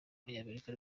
w’umunyamerika